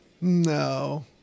No